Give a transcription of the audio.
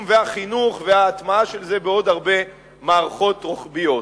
והחינוך וההטמעה של זה בעוד הרבה מערכות רוחביות.